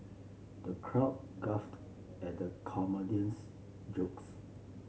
the crowd guffawed at the comedian's jokes